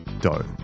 dough